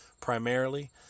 primarily